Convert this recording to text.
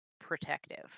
protective